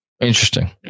Interesting